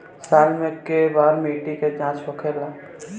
साल मे केए बार मिट्टी के जाँच होखेला?